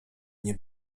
nie